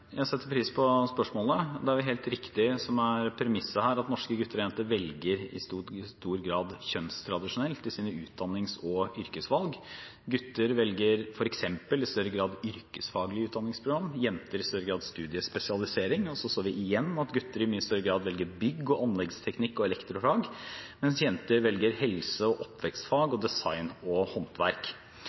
Jeg setter pris på spørsmålet. Det er helt riktig, det som er premisset her, at norske gutter og jenter velger i stor grad kjønnstradisjonelt i sine utdannings- og yrkesvalg. Gutter velger f.eks. i større grad yrkesfaglige utdanningsprogram, jenter i større grad studiespesialisering. Vi så igjen at gutter i mye større grad velger bygg- og anleggsteknikk og elektrofag, mens jenter velger helse- og oppvekstfag og design og håndverk.